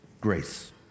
grace